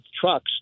trucks